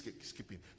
skipping